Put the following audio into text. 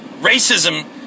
Racism